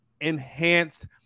enhanced